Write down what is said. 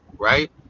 Right